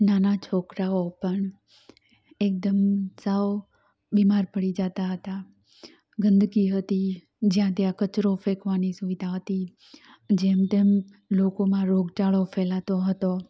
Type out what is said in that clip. નાના છોકરાઓ પણ એકદમ સાવ બીમાર પડી જતા હતા ગંદકી હતી જ્યાં ત્યાં કચરો ફેંકવાની સુવિધા હતી જેમ તેમ લોકોમાં રોગચાળો ફેલાતો હતો